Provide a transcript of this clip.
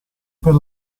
per